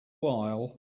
while